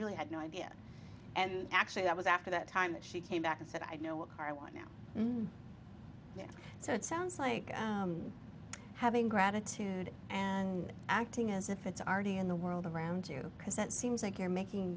really had no idea and actually that was after that time that she came back and said i know what car i want now so it sounds like having gratitude and acting as if it's already in the world around you because that seems like you're making